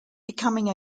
becoming